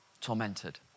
tormented